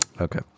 Okay